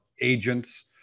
agents